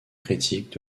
critiques